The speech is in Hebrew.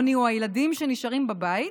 העוני הוא הילדים שנשארים בבית